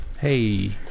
Hey